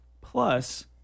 Plus